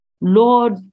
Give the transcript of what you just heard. Lord